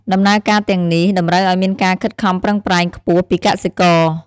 ដំណើរការទាំងនេះ តម្រូវឱ្យមានការខិតខំប្រឹងប្រែងខ្ពស់ពីកសិករ។